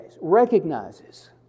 recognizes